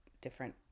different